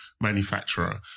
manufacturer